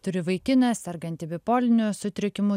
turi vaikiną sergantį bipoliniu sutrikimu